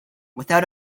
without